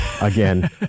Again